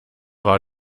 war